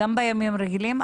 גם בימים רגילים,